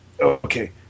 Okay